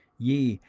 ye,